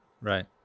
Right